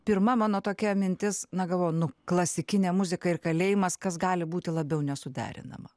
pirma mano tokia mintis na galvoju nu klasikinė muzika ir kalėjimas kas gali būti labiau nesuderinama